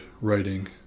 writing